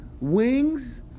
wings